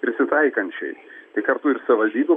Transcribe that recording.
prisitaikančiai tai kartu ir savivaldybių